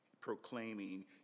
proclaiming